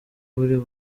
buri